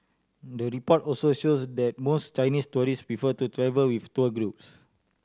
the report also shows that most Chinese tourist before to travel with tour groups